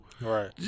Right